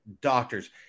doctors